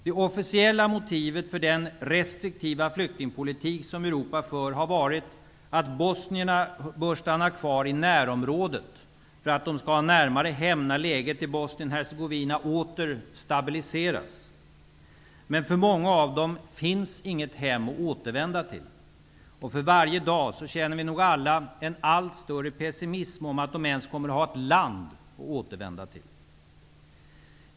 Det officiella motivet för den restriktiva flyktingpolitik som Europa för har varit att bosnierna bör stanna kvar i sitt närområde för att ha närmare hem när läget i Bosnien-Hercegovina åter stabiliseras. Men för många av dem finns inte något hem att återvända till. För varje dag som går känner vi nog alla en allt större pessimism om att de ens kommer att ha ett land att återvända till.